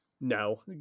no